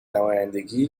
نمایندگی